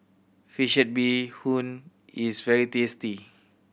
fish head bee hoon is very tasty